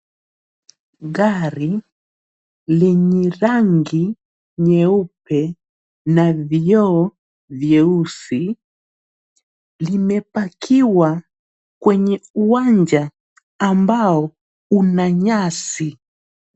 Gari lenye rangi nyeupe na vioo vyeusi limepakiwa kwenye uwanja ambao una nyasi.